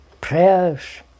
Prayers